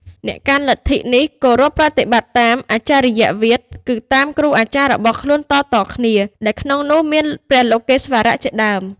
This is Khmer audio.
អ្នកកាន់លទ្ធិនេះគោរពប្រតិបត្តិតាម អាចរិយវាទ គឺតាមគ្រូអាចារ្យរបស់ខ្លួនតៗគ្នា ដែលក្នុងនោះមាន ព្រះលោកេស្វរៈ ជាដើម។